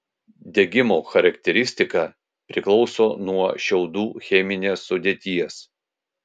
degimo charakteristika priklauso nuo šiaudų cheminės sudėties